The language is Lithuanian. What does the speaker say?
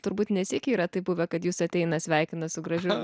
turbūt ne sykį yra taip buvę kad jus ateina sveikina su gražiu